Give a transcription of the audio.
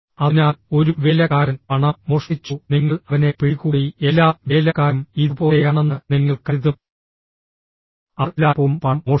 അതിനാൽ ഒരു വേലക്കാരൻ പണം മോഷ്ടിച്ചു നിങ്ങൾ അവനെ പിടികൂടി എല്ലാ വേലക്കാരും ഇതുപോലെയാണെന്ന് നിങ്ങൾ കരുതും അവർ എല്ലായ്പ്പോഴും പണം മോഷ്ടിക്കും